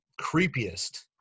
creepiest